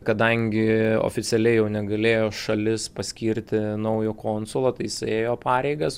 kadangi oficialiai jau negalėjo šalis paskirti naujo konsulo tai jisai ėjo pareigas